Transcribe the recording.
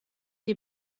die